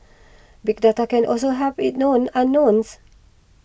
big data can also help it known unknowns